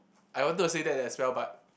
I wanted to say that as well but